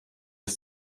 ist